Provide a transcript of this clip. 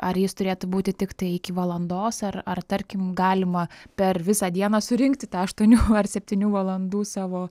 ar jis turėtų būti tiktai iki valandos arar tarkim galima per visą dieną surinkti tą aštuonių ar septynių valandų savo